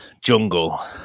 jungle